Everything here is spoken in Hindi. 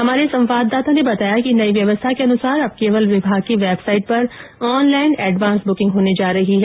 हमारे संवाददाता ने बताया कि नई व्यवस्था के अनुसार अब केवल विभाग की वेबसाईट पर ऑनलाईन एडवांस ब्रेकिंग होने जा रही है